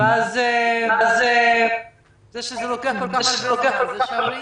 אז זה שזה לוקח כל כך הרבה זמן, זו שערורייה.